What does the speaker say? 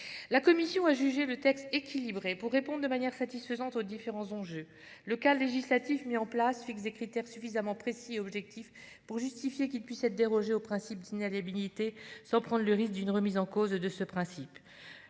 La commission a jugé le texte équilibré pour répondre de manière satisfaisante aux différents enjeux. Le cadre législatif mis en place fixe des critères suffisamment précis et objectifs pour justifier qu'il puisse être dérogé au principe d'inaliénabilité sans prendre le risque d'une remise en cause de ce principe.